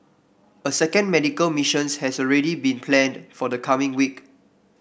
a second medical missions has already been planned for the coming week